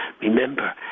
remember